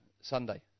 Sunday